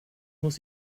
muss